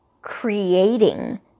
creating